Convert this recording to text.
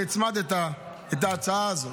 שהצמדת את ההצעה הזאת,